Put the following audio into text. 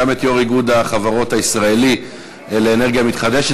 גם את יושב-ראש איגוד החברות הישראלי לאנרגיה מתחדשת